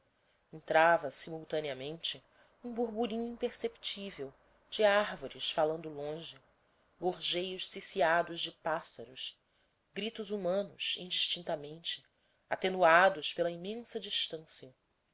entrava simultaneamente um burburinho imperceptível de árvores falando longe gorjeios ciciados de pássaros gritos humanos indistintamente atenuados pela imensa distancia